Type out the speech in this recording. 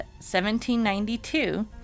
1792